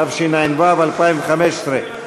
התשע"ו 2015,